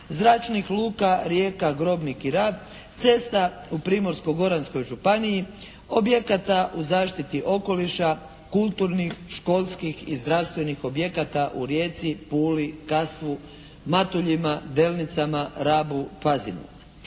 zračnih luka Rijeka, Grobnik i Rab, cesta u Primorsko-goranskoj županiji, objekata u zaštiti okoliša, kulturnih, školskih i zdravstvenih objekata u Rijeci, Puli, Kastvu, Matuljima, Delnicama, Rabu, Pazinu.